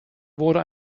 wurde